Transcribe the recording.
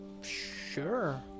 Sure